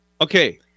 okay